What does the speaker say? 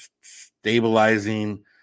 stabilizing